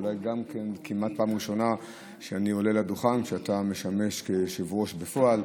כמעט פעם ראשונה שאני עולה לדוכן כשאתה משמש כיושב-ראש בפועל.